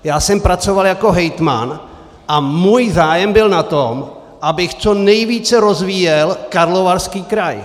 Já jsem pracoval jako hejtman a můj zájem byl na tom, abych co nejvíce rozvíjel Karlovarský kraj.